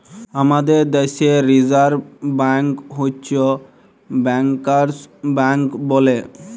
হামাদের দ্যাশে reserve bank হচ্ছ ব্যাংকার্স ব্যাঙ্ক বলে